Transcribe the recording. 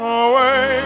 away